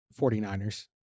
49ers